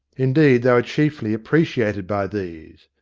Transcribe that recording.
indeed, they were chiefly appreciated by these.